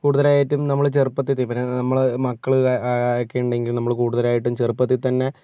കൂടുതലായിട്ടും നമ്മൾ ചെറുപ്പത്തിൽത പിന്നെ നമ്മൾ മക്കൾ ഒക്കെ ഉണ്ടെങ്കിൽ നമ്മൾ കൂടുതലായിട്ടും ചെറുപ്പത്തിൽത്തന്നെ